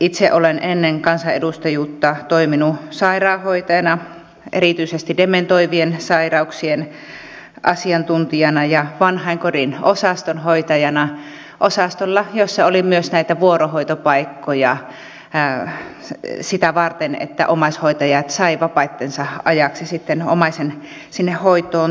itse olen ennen kansanedustajuutta toiminut sairaanhoitajana erityisesti dementoivien sairauksien asiantuntijana ja vanhainkodin osastonhoitajana osastolla jossa oli myös näitä vuorohoitopaikkoja sitä varten että omaishoitajat saivat vapaittensa ajaksi omaisen sinne hoitoon tuoda